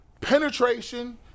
penetration